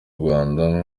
rwanda